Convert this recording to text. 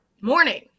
morning